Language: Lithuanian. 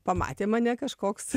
pamatė mane kažkoks